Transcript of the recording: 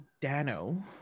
Dano